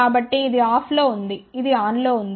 కాబట్టి ఇది ఆఫ్లో ఉంది ఇది ఆన్లో ఉంది